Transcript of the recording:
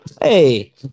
hey